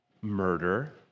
murder